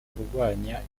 urwanya